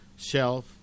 Shelf